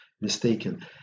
mistaken